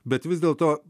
bet vis dėlto